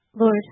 Lord